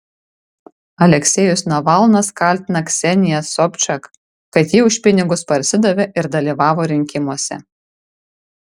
aleksejus navalnas kaltina kseniją sobčak kad ji už pinigus parsidavė ir dalyvavo rinkimuose